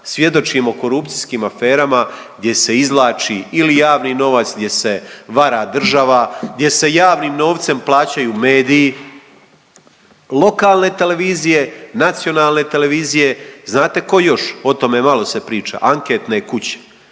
svjedočimo korupcijskim aferama gdje se izvlači ili javni novac, gdje se vara država gdje se javnim novcem plaćaju mediji, lokalne televizije, nacionalne televizije. Znate tko još o tome malo se priča? Anketne kuće.